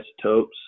isotopes